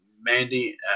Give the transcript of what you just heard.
Mandy